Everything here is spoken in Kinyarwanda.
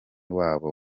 wabo